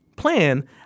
plan